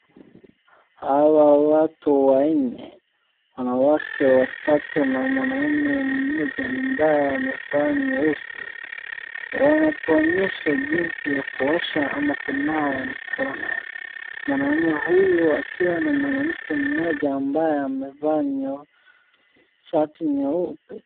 Hawa watu wanne, wanawake watatu na mwanaume mmoja, ambaye amevaa nyeusi, wanatuonyesha jinsi ya kuosha ama kunawa mkono. Mwanaume huyu akiwa na mwanamke mmoja ambaye amevaa shati nyeupe,